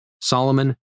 Solomon